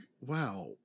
wow